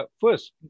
first